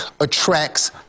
attracts